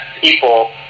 people